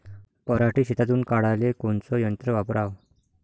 पराटी शेतातुन काढाले कोनचं यंत्र वापराव?